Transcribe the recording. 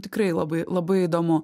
tikrai labai labai įdomu